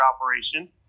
operation